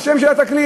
השם של התקליט.